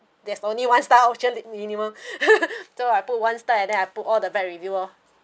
there's only one star option minimum so I put one star and then I put all the bad review oh